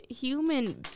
human